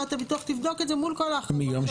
שחברת הביטוח תבדוק את זה מול כל הנתונים שלה.